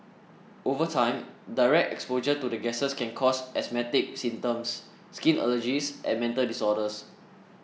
over time direct exposure to the gases can cause asthmatic symptoms skin allergies and mental disorders